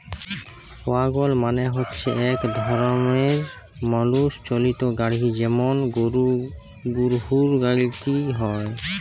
ওয়াগল মালে হচ্যে ইক রকমের মালুষ চালিত গাড়হি যেমল গরহুর গাড়হি হয়